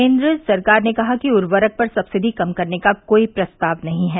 केन्द्र सरकार ने कहा कि उर्वरक पर सबसिडी कम करने का कोई प्रस्ताव नहीं है